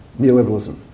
neoliberalism